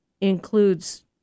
includes